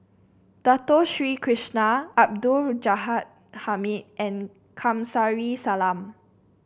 Dato Sri Krishna Abdul Ghani Hamid and Kamsari Salam